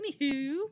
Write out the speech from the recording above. Anywho